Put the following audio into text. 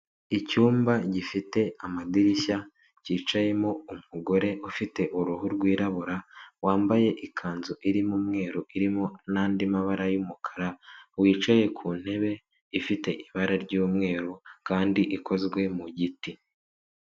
Icyumba gifite amadirishya cyicayemo umugore ufite uruhu rwirabura wambaye ikanzu irimo umweru irimo n'andi mabara y'umukara wicaye ku ntebe ifite ibara ry'umweru kandi ikozwe mu giti.